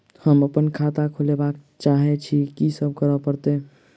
हम अप्पन खाता खोलब चाहै छी की सब करऽ पड़त?